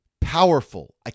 powerful